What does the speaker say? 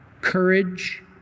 courage